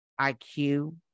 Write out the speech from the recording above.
IQ